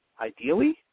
ideally